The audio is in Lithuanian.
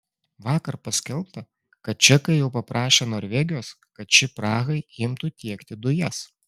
vakar paskelbta kad čekai jau paprašė norvegijos kad ši prahai imtų tiekti dujas